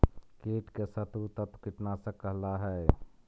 कीट के शत्रु तत्व कीटनाशक कहला हई